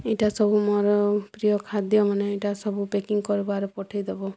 ଇ'ଟା ସବୁ ମୋର୍ ପ୍ରିୟ ଖାଦ୍ୟ ମାନେ ଇ'ଟାସବୁ ପ୍ୟାକିଙ୍ଗ୍ କର୍ବ ଆର୍ ପଠେଇଦେବ